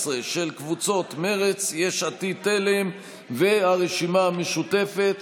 15, של קבוצות מרצ, יש עתיד-תל"ם והרשימה המשותפת.